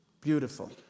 Beautiful